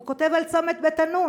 הוא כותב על צומת בית-אנון,